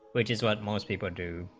which is what most people do